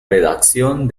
redacción